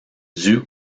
due